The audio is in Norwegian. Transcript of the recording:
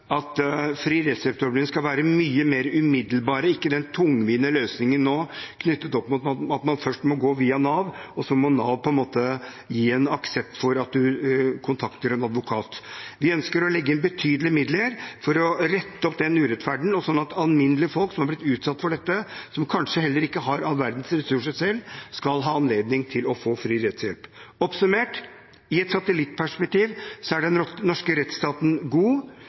skal være mye mer umiddelbar, ikke den tungvinte løsningen som er nå, knyttet opp mot at man først må gå via Nav, og så må Nav på en måte gi en aksept for at man kan kontakte en advokat. Vi ønsker å legge inn betydelige midler for å rette opp den urettferdigheten, sånn at alminnelige folk som har blitt utsatt for dette, og som kanskje heller ikke har all verdens ressurser selv, skal ha anledning til å få fri rettshjelp. Oppsummert: I et satellittperspektiv er den norske rettsstaten god,